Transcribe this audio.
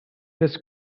test